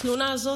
התלונה הזאת,